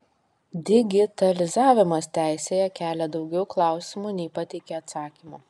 digitalizavimas teisėje kelia daugiau klausimų nei pateikia atsakymų